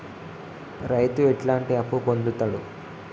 రైతు ఎట్లాంటి అప్పు పొందుతడు?